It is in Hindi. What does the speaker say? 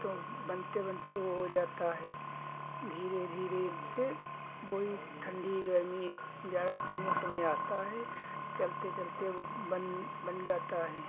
तो बनते बनते वो हो जाता है धीरे धीरे से वो ही ठंडी गर्मी जाड़ा तीनों समय आता है चलते चलते वो बन बन जाता है